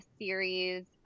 series